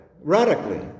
radically